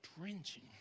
drenching